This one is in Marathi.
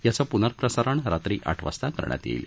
त्याचं प्नःप्रसारण रात्री आठ वाजता करण्यात येईल